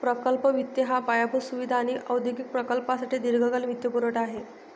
प्रकल्प वित्त हा पायाभूत सुविधा आणि औद्योगिक प्रकल्पांसाठी दीर्घकालीन वित्तपुरवठा आहे